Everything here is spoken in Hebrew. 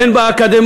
אין בו אקדמאים?